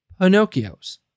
Pinocchios